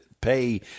pay